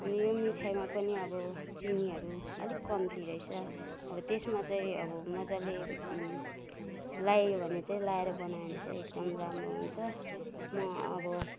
अनि यो मिठाईमा पनि अब चिनीहरू अलिक कम्ती रहेछ अब त्यसमा चाहिँ अब मजाले लायो भने चाहिँ लगाएर बनायो भने चाहिँ एकदम राम्रो हुन्छ म अब